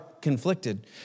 conflicted